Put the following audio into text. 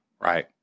right